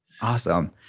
Awesome